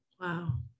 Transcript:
Wow